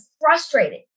frustrated